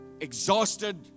Exhausted